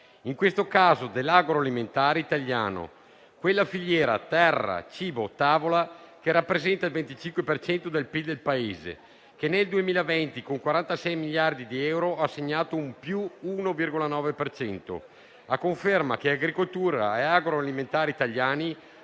in questo caso dell'agroalimentare italiano, quella filiera terra-cibo-tavola che rappresenta il 25 per cento del PIL del Paese, che nel 2020, con 46 miliardi di euro, ha segnato un incremento dell'1,9 per cento, a conferma che agricoltura e agroalimentare italiani,